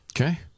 okay